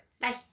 bye